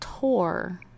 tour